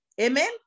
Amen